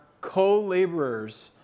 co-laborers